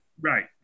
Right